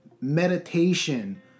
meditation